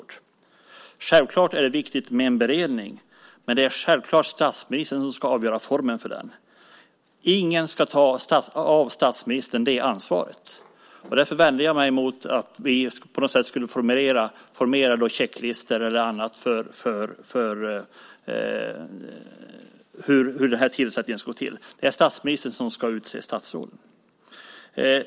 Det är självklart viktigt med en beredning, men det är statsministern som ska avgöra formen för den. Ingen ska ta ifrån statsministern det ansvaret. Därför vänder jag mig emot att vi på något sätt skulle formulera checklistor eller dylikt för hur tillsättningen ska gå till. Det är statsministern som ska utse statsråden.